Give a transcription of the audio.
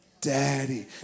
Daddy